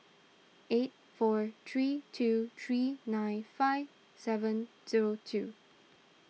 eight four three two three nine five seven zero two